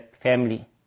family